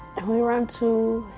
and we ran to